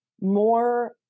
more